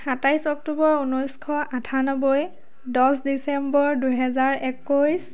সাতাইছ অক্টোবৰ ঊনৈছশ আঠান্নব্বৈ দহ ডিচেম্বৰ দুহেজাৰ একৈছ